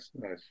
nice